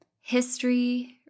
History